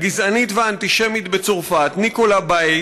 הגזענית והאנטישמית בצרפת ניקולה באי